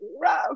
rough